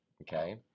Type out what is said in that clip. okay